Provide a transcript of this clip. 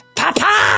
papa